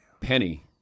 Penny